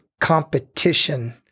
competition